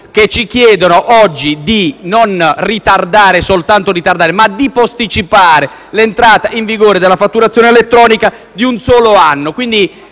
che ci chiedono non di ritardare, ma di posticipare l'entrata in vigore della fatturazione elettronica di un solo anno.